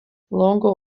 longo